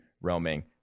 Roaming